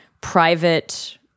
private